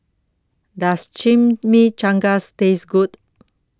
Does Chimichangas Taste Good